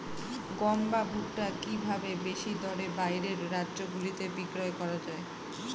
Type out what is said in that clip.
গম বা ভুট্ট কি ভাবে বেশি দরে বাইরের রাজ্যগুলিতে বিক্রয় করা য়ায়?